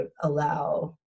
allow